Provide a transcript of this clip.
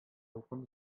ялкын